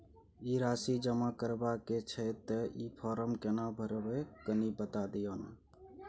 ई राशि जमा करबा के छै त ई फारम केना भरबै, कनी बता दिय न?